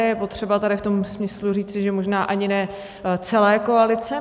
Je potřeba tady v tom smyslu říci, že možná ani ne celé koalice.